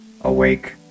Awake